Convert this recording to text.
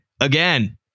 Again